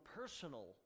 personal